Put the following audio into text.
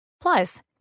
Plus